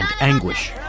anguish